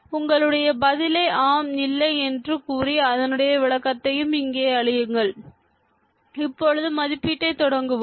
உங்களுடைய பதிலை ஆம் இல்லை என்று கூறி அதனுடைய விளக்கத்தையும் இங்கே அளியுங்கள் இப்பொழுது மதிப்பீட்டை தொடங்குவோம்